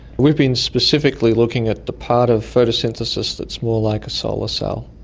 we've been specifically looking at the part of photosynthesis that's more like a solar cell.